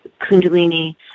kundalini